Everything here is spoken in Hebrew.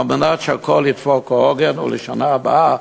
כדי שהכול ידפוק כהוגן, ושבשנה הבאה